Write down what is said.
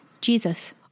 Jesus